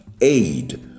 aid